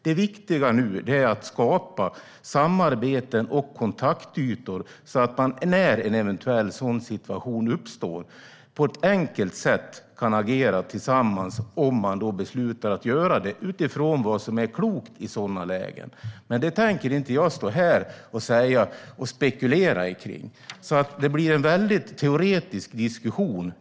Det viktiga nu är att skapa samarbeten och kontaktytor så att man, när en sådan situation uppstår, på ett enkelt sätt kan agera tillsammans, om man beslutar sig för det utifrån vad som är klokt i ett sådant läge. Men jag tänker inte stå här och spekulera om detta. Det som presenteras här i kammaren blir en väldigt teoretisk diskussion.